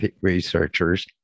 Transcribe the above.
researchers